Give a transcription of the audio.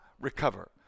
recover